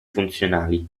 funzionali